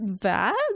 bad